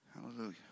Hallelujah